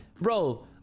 Bro